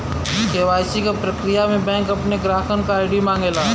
KYC क प्रक्रिया में बैंक अपने ग्राहकन क आई.डी मांगला